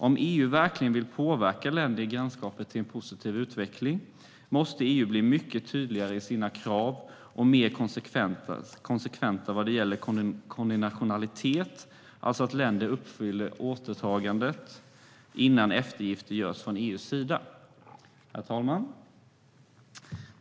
Om EU verkligen vill påverka länder i grannskapet till en positiv utveckling måste EU bli mycket tydligare i sina krav och mer konsekvent vad gäller konditionalitet, alltså att länder uppfyller sina åtaganden innan eftergifter görs från EU:s sida. Herr talman!